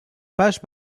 page